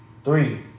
Three